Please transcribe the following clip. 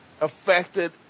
affected